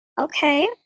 Okay